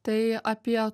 tai apie